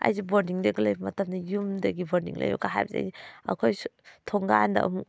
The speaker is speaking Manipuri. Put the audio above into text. ꯑꯩꯁꯦ ꯕꯣꯔꯗꯤꯡꯗꯒ ꯂꯩꯕ ꯃꯇꯝꯗ ꯌꯨꯝꯗꯒꯤ ꯕꯣꯔꯗꯤꯡ ꯂꯩꯌꯨꯀ ꯍꯥꯏꯕꯁꯦ ꯑꯩꯁꯦ ꯑꯩꯈꯣꯏ ꯊꯣꯡꯒꯥꯟꯗ ꯑꯃꯨꯛ